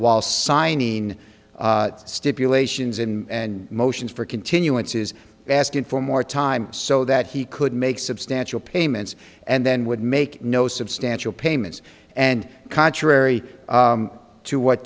was signing stipulations and motions for continuances asking for more time so that he could make substantial payments and then would make no substantial payments and contrary to what